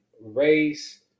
race